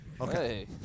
Okay